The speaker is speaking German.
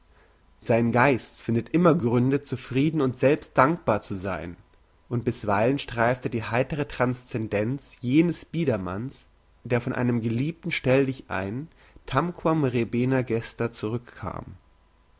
sein geist findet immer gründe zufrieden und selbst dankbar zu sein und bisweilen streift er die heitere transscendenz jenes biedermanns der von einem verliebten stelldichein tamquam re bene gesta zurückkam